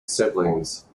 siblings